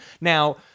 now